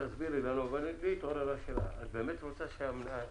תסבירי לנו אצלי התעוררה השאלה האם את רוצה שהמנהל